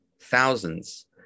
thousands